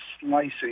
slicing